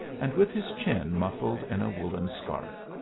and with his chin muffled in a woollen scarf.